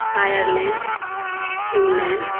Ireland Finland